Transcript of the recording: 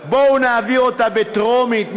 בואו נעביר אותה בטרומית,